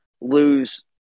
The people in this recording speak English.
lose